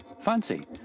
Fancy